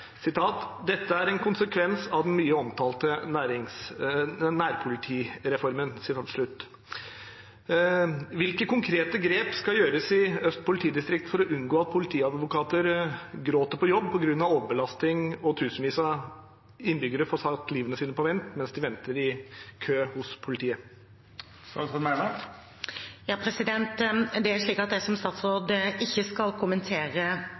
byene. Dette spørsmålet er trekt tilbake. «Før jul leverte politijuristene i Øst politidistrikt et varsel mot egen ledelse. Tillitsvalgte for Politijuristene i Øst politidistrikt uttalte til NRK: «Dette er en konsekvens av den mye omtalte nærpolitireformen.» Hvilke konkrete grep skal gjøres i Øst politidistrikt for å unngå at politiadvokater gråter på jobb grunnet overbelastning og tusenvis av innbyggere får satt livene på vent mens deres saker ligger i kø hos politiet?» Jeg